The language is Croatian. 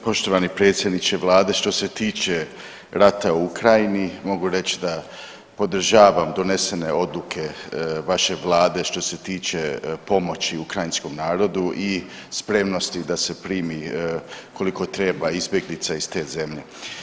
Poštovani predsjedniče vlade, što se tiče rata u Ukrajini mogu reći da podržavam donesene odluke vaše vlade što se tiče pomoći ukrajinskom narodu i spremnosti da se primi koliko treba izbjeglica iz te zemlje.